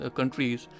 countries